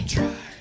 Try